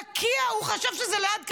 לקיה, הוא חשב שזה ליד כרמיאל,